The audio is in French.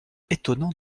étonnant